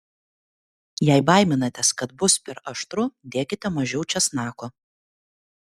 jei baiminatės kad bus per aštru dėkite mažiau česnako